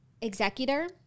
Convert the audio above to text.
executor